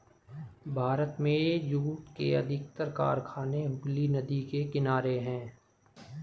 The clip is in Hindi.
भारत में जूट के अधिकतर कारखाने हुगली नदी के किनारे हैं